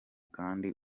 kandi